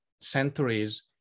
centuries